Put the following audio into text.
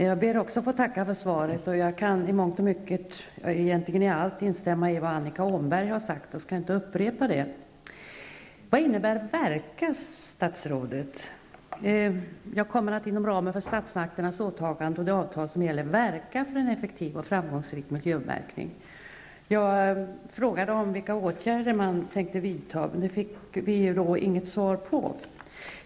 Herr talman! Också jag ber att få tacka för svaret. Jag kan egentligen instämma i allt som Annika Åhnberg har sagt. Jag skall inte upprepa det. Vad innebär ''verka'', statsrådet? Statsrådet sade: ''Jag kommer att inom ramen för statsmakternas åtagande och det avtal som gäller verka för en effektiv och framgångsrik miljömärkning.'' Jag frågade vilka åtgärder man tänkte vidta, men det fick vi inget svar på.